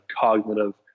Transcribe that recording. cognitive